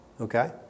okay